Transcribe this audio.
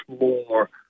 more